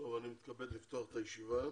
אני מתכבד לפתוח את הישיבה,